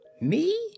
Me